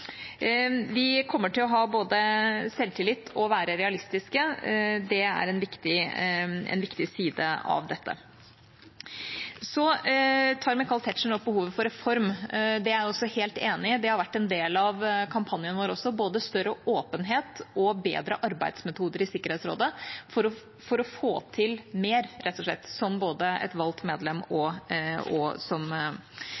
Vi kommer til både å ha selvtillit og å være realistiske. Det er en viktig side av dette. Så tar Michael Tetzschner opp behovet for reform. Det er jeg også helt enig i. Det har vært en del av kampanjen vår også, både større åpenhet og bedre arbeidsmetoder i Sikkerhetsrådet for å få til mer, rett og slett, som både et valgt medlem